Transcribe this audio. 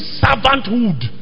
servanthood